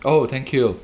oh thank you